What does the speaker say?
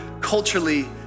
culturally